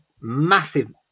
massive